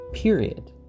Period